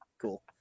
cool